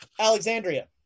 Alexandria